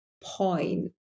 point